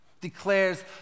declares